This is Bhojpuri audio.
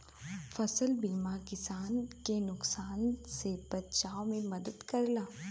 फसल बीमा किसान के नुकसान से बचाव में मदद करला